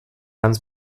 ganz